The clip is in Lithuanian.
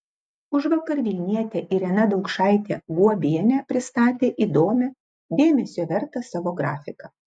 užvakar vilnietė irena daukšaitė guobienė pristatė įdomią dėmesio vertą savo grafiką